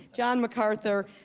john mcarthur,